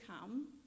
come